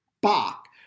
Bach